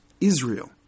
Israel